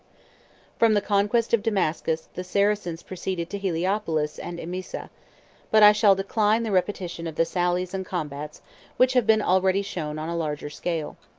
from the conquest of damascus the saracens proceeded to heliopolis and emesa but i shall decline the repetition of the sallies and combats which have been already shown on a larger scale.